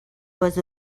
was